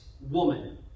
woman